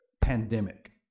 pandemic